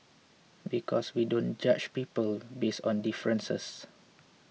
because we don't judge people based on differences